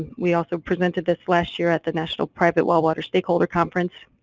we also presented this last year at the national private well water stakeholder conference,